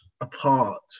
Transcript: apart